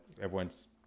everyone's